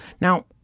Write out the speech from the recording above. Now